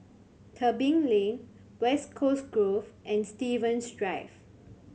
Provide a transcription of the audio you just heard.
Tebing Lane West Coast Grove and Stevens Drive